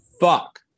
fuck